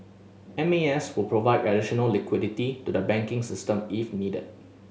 M A S will provide additional liquidity to the banking system if needed